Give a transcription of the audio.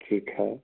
ठीक है